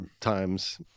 times